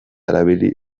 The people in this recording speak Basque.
erabili